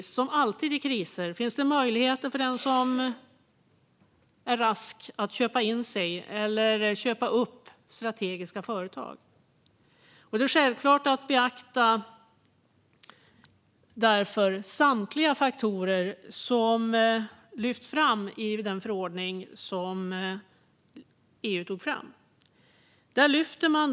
Som alltid i kriser finns naturligtvis möjligheter för den som är rask att köpa in sig i eller köpa upp strategiska företag. Därför måste självklart samtliga faktorer som lyfts upp i den förordning som EU tog fram beaktas.